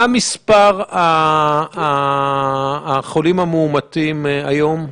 מה מספר החולים המאומתים היום,